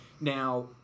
Now